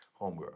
homegirl